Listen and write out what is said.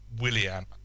William